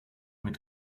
mit